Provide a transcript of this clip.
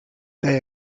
they